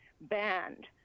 banned